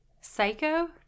Psycho